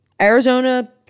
Arizona